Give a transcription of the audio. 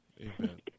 Amen